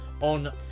on